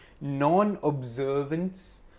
Non-observance